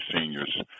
seniors